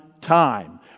time